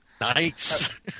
Nice